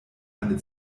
eine